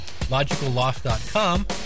logicalloss.com